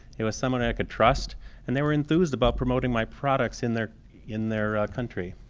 it was someone i could trust and they were enthused about promoting my products in their in their country.